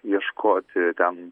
ieškoti ten